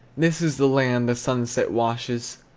this is the land the sunset washes,